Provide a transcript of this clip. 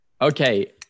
Okay